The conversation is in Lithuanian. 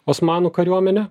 osmanų kariuomenę